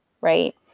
right